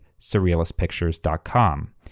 surrealistpictures.com